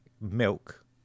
milk